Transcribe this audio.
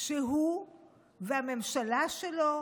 שהוא והממשלה שלו,